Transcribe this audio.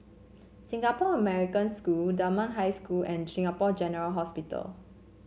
Singapore American School Dunman High School and Singapore General Hospital